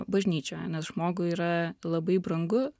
bažnyčioje nes žmogui yra labai brangu